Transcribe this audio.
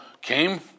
came